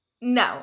no